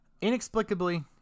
Inexplicably